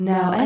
Now